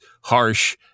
harsh